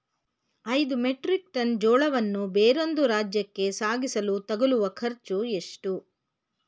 ಐದು metric ton ಜೋಳವನ್ನು ಬೇರೊಂದು ರಾಜ್ಯಕ್ಕೆ ಸಾಗಿಸಲು ತಗಲುವ ಖರ್ಚು ಎಷ್ಟು?